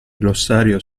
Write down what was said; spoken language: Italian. glossario